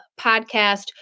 podcast